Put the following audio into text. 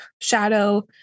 shadow